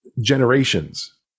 generations